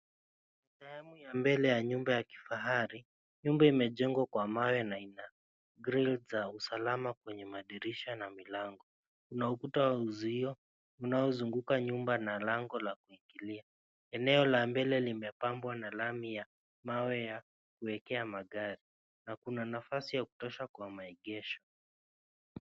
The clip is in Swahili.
Sehemu ya mbele ya nyumba ya kifahari, nyumba imejengwa kwa mawe na ina grill za usalama kwenye madirisha na milango. Kuna ukuta wa uzuio unaozunguka nyumba na lango la kuingilia. Eneo la mbele limepamwa na lami ya mawe ya kuwekea magari, na kuna nafasi ya kutosha kwa maegesho.